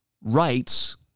rights